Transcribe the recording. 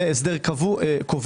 זה הסדר כובל,